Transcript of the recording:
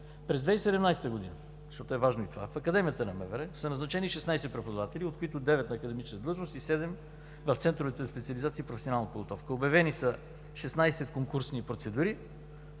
През 2017 г., това е важно, в Академията на МВР са назначени 16 преподаватели, от които 9 академични длъжности и 7 в центровете за специализация и професионална подготовка. Обявени са 16 конкурсни процедури